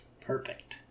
perfect